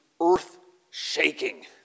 earth-shaking